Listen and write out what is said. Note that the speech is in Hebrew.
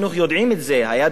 היה דיון בוועדת החינוך,